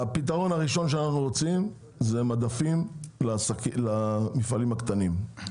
הפתרון הראשון שאנחנו רוצים זה מדפים למפעלים הקטנים.